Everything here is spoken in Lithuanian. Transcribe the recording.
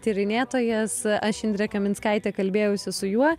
tyrinėtojas aš indrė kaminskaitė kalbėjausi su juo